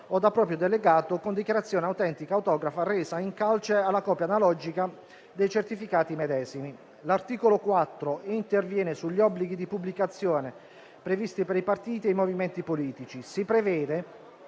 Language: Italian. o da proprio delegato con dichiarazione autentica autografa resa in calce alla copia analogica dei certificati medesimi. L'articolo 4 interviene sugli obblighi di pubblicazione previsti per i partiti e i movimenti politici. Si prevede